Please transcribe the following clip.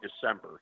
December